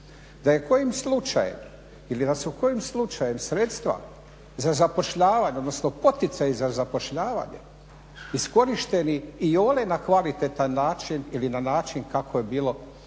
Da je kojim slučajem ili da su kojim slučajem sredstva za zapošljavanje, odnosno poticaji za zapošljavanje iskorišteni iole na kvalitetan način ili na način kako je bilo